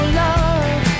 love